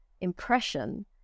impression